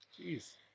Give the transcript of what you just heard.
Jeez